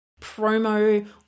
promo